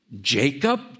Jacob